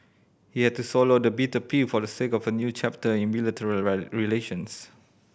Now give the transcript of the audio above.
he had to swallow the bitter pill for the sake of a new chapter in relations